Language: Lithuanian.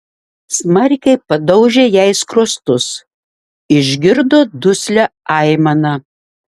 smarkiai padaužė jai skruostus išgirdo duslią aimaną